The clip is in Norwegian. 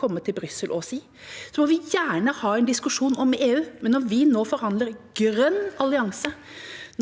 komme til Brussel og si det. Vi må gjerne ha en diskusjon om EU, men når vi nå forhandler om en grønn allianse